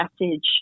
message